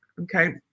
okay